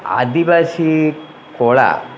ଆଦିବାସୀ କଳା